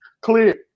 Clear